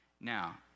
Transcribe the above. Now